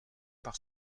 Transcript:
par